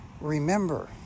remember